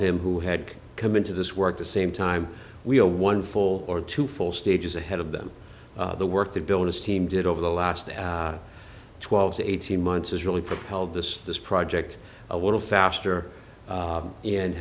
am who had come into this work the same time we are one full or two full stages ahead of them the work to build this team did over the last twelve to eighteen months has really propelled this this project a little faster